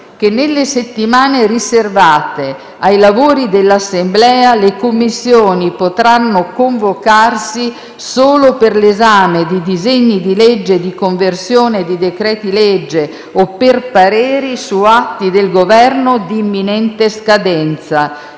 che nelle settimane riservate ai lavori dell'Assemblea le Commissioni potranno convocarsi solo per l'esame di disegni di legge di conversione di decreti-legge o per pareri su atti del Governo di imminente scadenza.